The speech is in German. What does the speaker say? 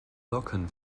locken